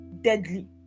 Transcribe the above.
deadly